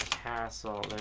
castling